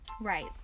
Right